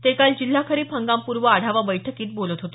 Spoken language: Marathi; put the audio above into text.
ते काल जिल्हा खरीप हंगामपूर्व आढावा बैठकीत बोलत होते